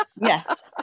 Yes